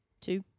two